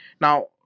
now